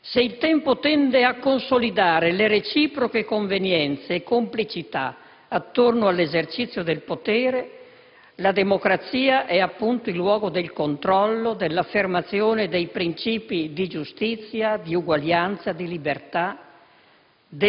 Se il tempo tende a consolidare le reciproche convenienze e complicità attorno all'esercizio del potere, la democrazia è appunto il luogo del controllo, dell'affermazione dei principi di giustizia, di uguaglianza, di libertà,